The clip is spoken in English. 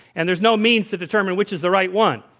and there's no means to determine which is the right one.